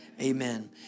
Amen